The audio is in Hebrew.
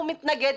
הוא מתנגד.